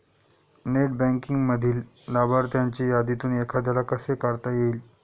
Net बँकिंगमधील लाभार्थ्यांच्या यादीतून एखाद्याला कसे काढता येईल?